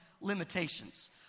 limitations